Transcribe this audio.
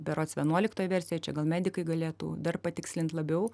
berods vienuoliktoj versijoj čia gal medikai galėtų dar patikslint labiau